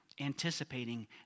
anticipating